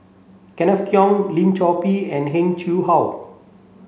Kenneth Keng Lim Chor Pee and Heng Chee How